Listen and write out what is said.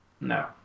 No